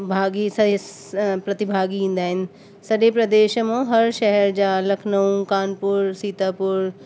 भागी सॾा प्रतिभागी ईंदा आहिनि सॾे प्रदेश मां हर शहर जा लखनऊ कानपुर सीतापुर